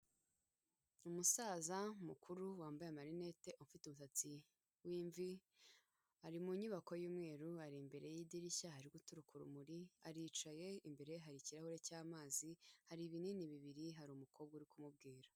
Umusaza mukuru wambaye amarinete ufite umusatsi w'imvi, ari mu nyubako y'umweru, ari imbere y'idirishya hari guturuka urumuri, aricaye imbere hari ikirahure cy'amazi, hari ibinini bibiri, hari umukobwa uri kumubwira.